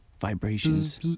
Vibrations